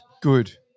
good